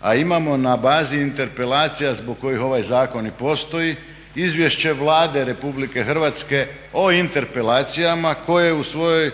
a imamo na bazi interpelacija zbog kojih ovaj zakon i postoji izvješće Vlade Republike Hrvatske o interpelacijama koje u svom